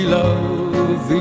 love